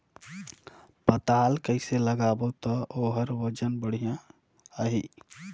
पातल कइसे लगाबो ता ओहार वजन बेडिया आही?